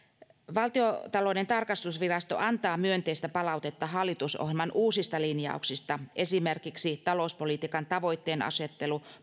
valtiontalouden tarkastusvirasto antaa myönteistä palautetta hallitusohjelman uusista linjauksista esimerkiksi talouspolitiikan tavoitteen asettelu